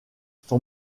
son